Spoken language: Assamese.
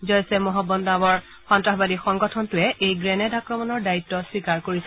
জইছ এ মহম্মদ নামৰ সন্তাসবাদী সংগঠনটোৱে এই গ্ৰেনেড আক্ৰমণৰ দায়িত্ব স্বীকাৰ কৰিছে